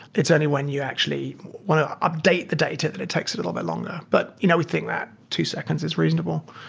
it's only when you actually want to update the data that it takes a little bit long. and but you know we think that two seconds is reasonable.